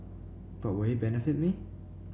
but will benefit me